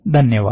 धन्यवाद